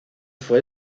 fue